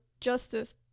Justice